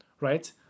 right